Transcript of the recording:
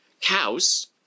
Cows